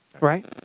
right